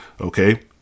okay